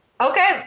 Okay